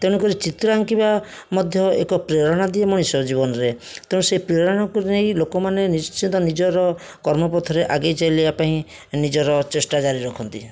ତେଣୁକରି ଚିତ୍ର ଆଙ୍କିବା ମଧ୍ୟ ଏକ ପ୍ରେରଣା ଦିଏ ମଣିଷ ଜୀବନରେ ତେଣୁ ସେ ପ୍ରେରଣାକୁ ନେଇ ଲୋକମାନେ ନିଶ୍ଚିତ ନିଜର କର୍ମପଥରେ ଆଗାଇଚାଲିବା ପାଇଁ ନିଜର ଚେଷ୍ଟା ଜାରିରଖନ୍ତି